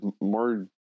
more